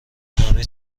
همه